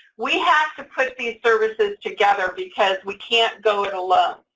we have to put these services together because we can't go it alone.